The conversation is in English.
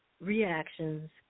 reactions